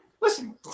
listen